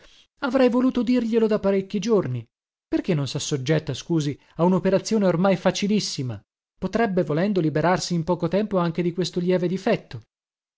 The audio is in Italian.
avrei voluto dirglielo da parecchi giorni perché non sassoggetta scusi a una operazione ormai facilissima potrebbe volendo liberarsi in poco tempo anche di questo lieve difetto